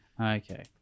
Okay